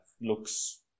looks